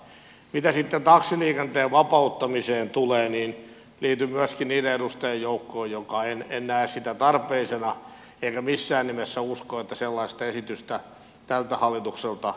mitä sitten taksiliikenteen vapauttamiseen tulee niin liityn myöskin niiden edustajien joukkoon jotka eivät näe sitä tarpeellisena enkä missään nimessä usko että sellaista esitystä tältä hallitukselta tulee